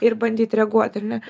ir bandyt reaguot ar ne